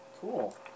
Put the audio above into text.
Cool